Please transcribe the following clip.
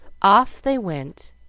off they went,